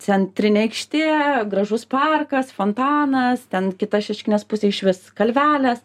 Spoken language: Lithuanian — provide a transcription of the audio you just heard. centrinė aikštė gražus parkas fontanas ten kita šeškinės pusė išvis kalvelės